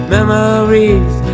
Memories